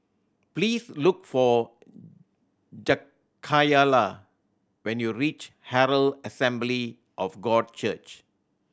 please look for Jakayla when you reach Herald Assembly of God Church